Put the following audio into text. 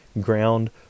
ground